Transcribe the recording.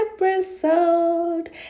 episode